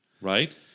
Right